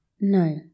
No